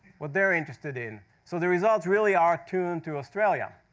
what they're interested in. so the results really are tuned to australia.